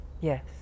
Yes